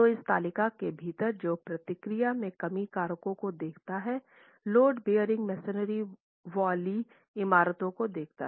तो इस तालिका के भीतर जो प्रतिक्रिया में कमी कारकों को देखता है लोड बेअरिंग मैसनरी वाली इमारतें को देखता है